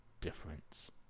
difference